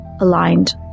aligned